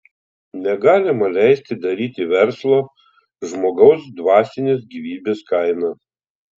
negalima leisti daryti verslo žmogaus dvasinės gyvybės kaina